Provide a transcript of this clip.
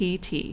TT